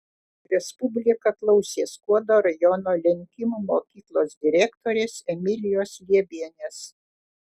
respublika klausė skuodo rajono lenkimų mokyklos direktorės emilijos liebienės